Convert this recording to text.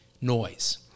noise